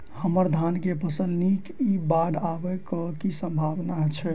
हम्मर धान केँ फसल नीक इ बाढ़ आबै कऽ की सम्भावना छै?